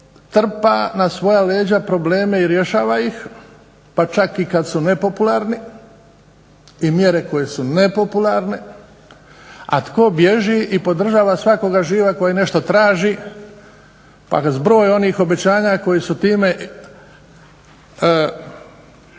trpa na svoja leđa probleme i rješava ih, pa čak i kada su nepopularni i mjere koje su nepopularne, a tko bježi i podržava svakoga živa koji nešto traži, pa zbroj onih obećanja koji su time